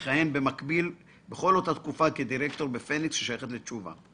הוא מכהן בכל אותה תקופה גם כדירקטור ב"פניקס" השייכת לתשובה.